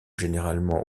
généralement